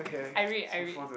I read I read